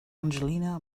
angelina